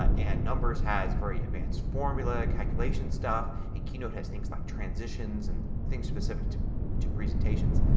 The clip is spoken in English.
and numbers has very advanced formula calculation stuff and keynote has things like transitions and things specific to presentations.